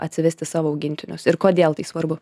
atsivesti savo augintinius ir kodėl tai svarbu